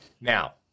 Now